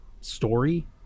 story